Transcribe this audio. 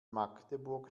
magdeburg